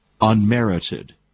unmerited